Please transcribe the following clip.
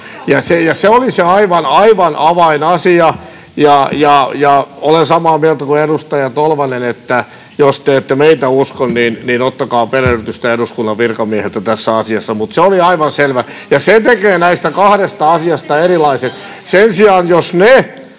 ja se oli aivan avainasia. Ja olen samaa mieltä kuin edustaja Tolvanen, että jos te ette meitä usko, niin ottakaa perehdytystä eduskunnan virkamiehiltä tässä asiassa. Se oli aivan selvää, ja se tekee näistä kahdesta asiasta erilaiset. Sen sijaan jos ne